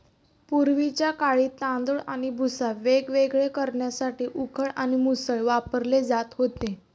पूर्वीच्या काळी तांदूळ आणि भुसा वेगवेगळे करण्यासाठी उखळ आणि मुसळ वापरले जात होते